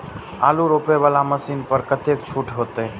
आलू रोपे वाला मशीन पर कतेक छूट होते?